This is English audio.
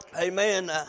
Amen